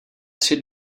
tři